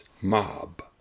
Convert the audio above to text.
mob